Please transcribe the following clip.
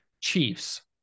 Chiefs